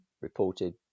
reported